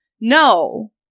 No